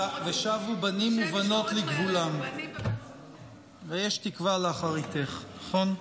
ושבו בנים ובנות לגבולם, ויש תקוה לאחריתך, נכון?